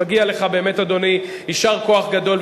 מגיע לך באמת, אדוני, יישר כוח גדול.